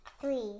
Three